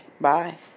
Bye